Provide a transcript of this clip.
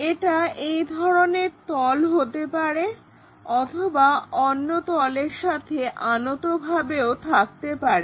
এটা এই ধরনের তল হতে পারে অথবা অন্য তলের সাথে আনতভাবেও থাকতে পারে